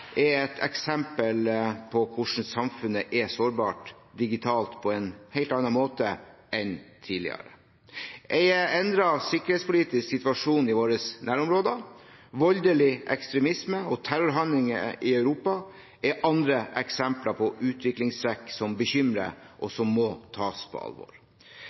er et eksempel på hvordan samfunnet er sårbart digitalt på en helt annen måte enn tidligere. Det er en endret sikkerhetspolitisk situasjon i våre nærområder. Voldelig ekstremisme og terrorhandlinger i Europa er andre eksempler på utviklingstrekk som bekymrer, og som må tas på alvor.